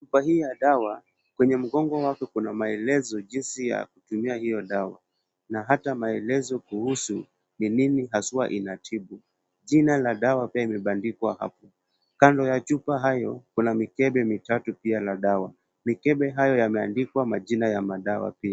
Chupa hii ya dawa kwenye mgongo wake kuna maelezo jinsi ya kutumia hiyo dawa na hata maelezo kuhusu ni nini haswa inatibu, jina la dawa pia imebandikwa hapo. Kando ya chupa hayo kuna mikebe mitatu pia la dawa. Mikebe hayo yameandikwa majina ya madawa pia.